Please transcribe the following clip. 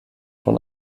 von